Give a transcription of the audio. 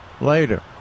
later